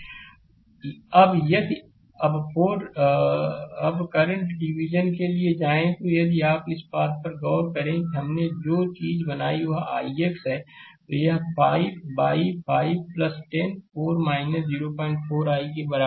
slide समय देखें 1828 अब यदिअब करंट डिवीजन के लिए जाएं तो यदि इस बात पर गौर करें कि हमने जो चीज बनाई है वह ix है तो यह 5 बाइ 510 4 04 ix के बराबर है